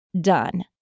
done